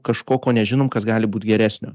kažko ko nežinom kas gali būt geresnio